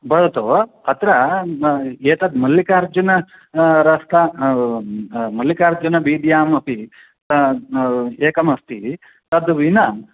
भवतु अत्र एतद् मल्लिकार्जुन रस्ता मल्लिकार्जुनविद्यामपि एकमस्ति तद् विना